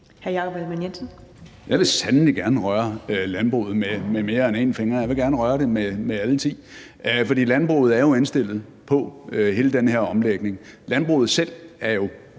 Jeg vil sandelig gerne røre landbruget med mere end en finger, jeg vil gerne røre det med alle ti, for landbruget er jo indstillet på hele den her omlægning. Landbruget selv er jo